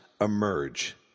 emerge